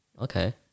okay